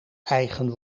eigen